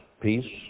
peace